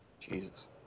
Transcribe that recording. Jesus